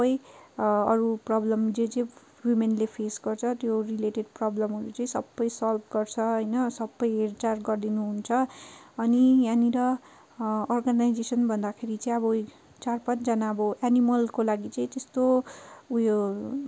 सबै अरू प्रोब्लम जे जे वुमेनले फेस गर्च त्यो रिलेटेड प्रोब्लमहरू चाहिँ सबै सल्भ गर्छ होइन सबै हेरचाह गरिदिनुहुन्छ अनि यहाँनिर अर्गनाइजेसन भन्दाखेरि चाहिँ अब चार पाँचजना एनिमलको लागि चाहिँ त्यस्तो उयो